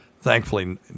Thankfully